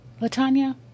LaTanya